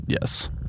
Yes